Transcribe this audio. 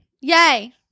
Yay